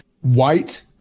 white